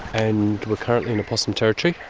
and we're currently in possum territory,